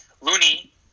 Looney